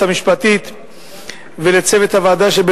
ליועצת המשפטית ולצוות הוועדה,